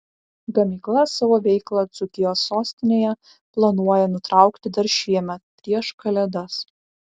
gamykla savo veiklą dzūkijos sostinėje planuoja nutraukti dar šiemet prieš kalėdas